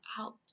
out